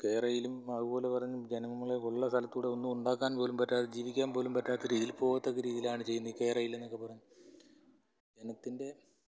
K റെയിലും അതുപോലെ പറയുന്ന ജനങ്ങളെ ഉള്ള സ്ഥലത്തുകൂടെ ഒന്നും ഉണ്ടാക്കാൻ പോലും പറ്റാതെ ജീവിക്കാൻ പോലും പറ്റാത്ത രീതിയിൽ പോകത്തക്ക രീതിയിലാണ് ചെയ്യുന്നത് ഈ കെ റെയിൽ എന്നൊക്കെ പറയുന്നത് ജനത്തിൻ്റെ